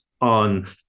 On